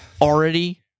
already